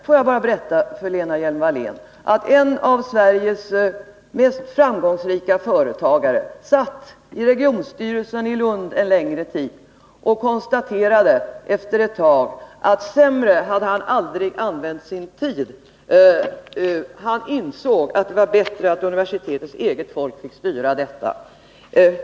Får jag bara berätta för Lena Hjelm-Wallén, att en av Sveriges mest framgångsrika företagare satt i regionstyrelsen i Lund en längre tid, och han konstaterade efter ett tag att sämre hade han aldrig använt sin tid. Han ansåg att det var bättre att universitetets eget folk fick styra detta.